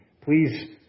please